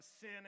sin